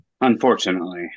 Unfortunately